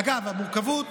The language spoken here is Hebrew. אגב, המורכבות